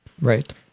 Right